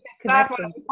connecting